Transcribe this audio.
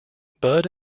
budd